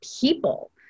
people